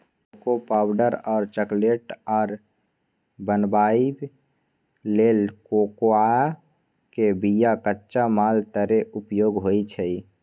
cocoa powder और chocolate आर बनाबइ लेल कोकोआ के बिया कच्चा माल तरे उपयोग होइ छइ